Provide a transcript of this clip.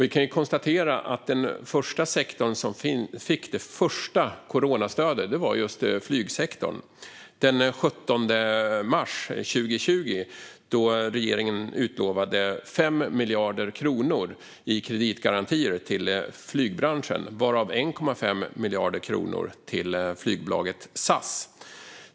Vi kan konstatera att den första sektor som fick coronastöd var just flygsektorn. Den 17 mars 2020 utlovade regeringen 5 miljarder kronor i kreditgarantier till flygbranschen, varav 1,5 miljarder kronor till flygbolaget SAS.